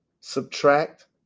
subtract